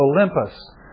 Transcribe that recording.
Olympus